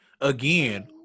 again